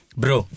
bro